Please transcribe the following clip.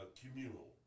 communal